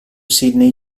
sidney